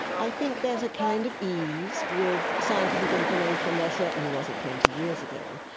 i think there's a kind of ease with scientific information there certainly wasn't twenty years ago.